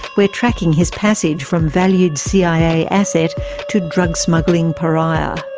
we're tracking his passage from valued cia asset to drug smuggling pariah.